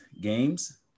games